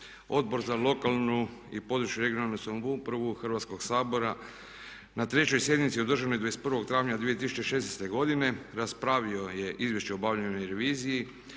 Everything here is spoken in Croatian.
Odbor za lokalnu i područnu regionalnu samoupravu Hrvatskog sabora na trećoj sjednici održanoj 21.04.2016.godine raspravio je Izvješće o obavljenoj reviziji,